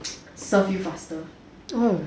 serve you faster